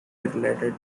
related